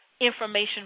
information